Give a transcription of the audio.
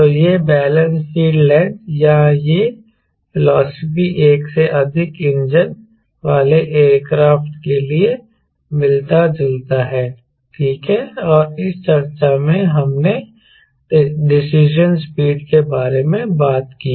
तो यह balance field length या यह फिलॉसफी एक से अधिक इंजन वाले एयरक्राफ्ट के लिए मिलता जुलता है ठीक है और इस चर्चा में हमने डिसीजन स्पीड के बारे में बात की